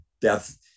death